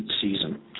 season